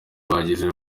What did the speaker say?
bagize